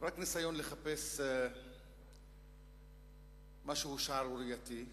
רק ניסיון לחפש משהו שערורייתי.